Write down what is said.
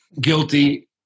guilty